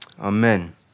Amen